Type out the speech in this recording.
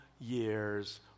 years